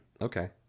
Okay